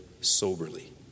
soberly